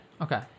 Okay